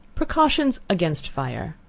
precautions against fire.